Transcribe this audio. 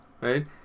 right